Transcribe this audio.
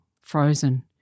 frozen